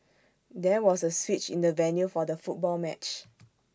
there was A switch in the venue for the football match